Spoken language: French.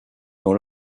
dans